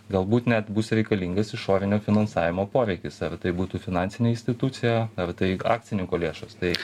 galbūt net bus reikalingas išorinio finansavimo poreikis ar tai būtų finansinė institucija ar tai akcininko lėšos tai